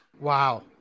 Wow